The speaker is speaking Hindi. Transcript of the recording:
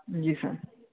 जी सर